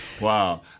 Wow